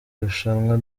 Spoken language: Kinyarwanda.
rushanwa